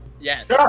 Yes